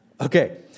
Okay